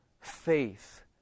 faith